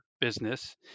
business